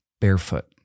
barefoot